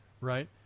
right